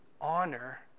honor